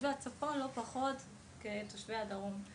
תושבי הצפון לא פחות, כתושבי הדרום.